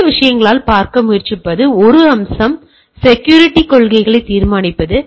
இந்த 2 விஷயங்களால் பார்க்க முயற்சிப்பது ஒரு அம்சம் செக்யூரிட்டிக் கொள்கையை தீர்மானிப்பது